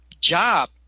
job